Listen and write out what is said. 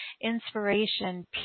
inspiration